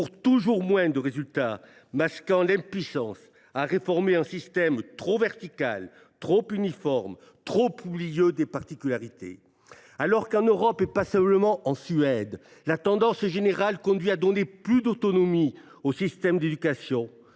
toujours moins de résultats ? Ne masque t elle pas l’impuissance à réformer un système trop vertical, trop uniforme, trop oublieux des particularités ? Alors qu’en Europe – et pas seulement en Suède –, la tendance générale conduit à donner plus d’autonomie au système d’éducation,